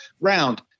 round